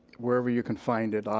wherever you can find it,